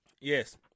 Yes